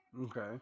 Okay